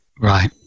Right